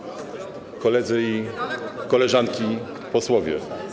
Koledzy i Koleżanki Posłowie!